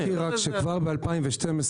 אני אזכיר שכבר ב-2012,